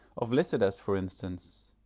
of lycidas for instance,